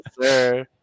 Sir